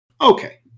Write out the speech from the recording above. Okay